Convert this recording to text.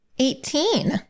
Eighteen